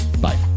Bye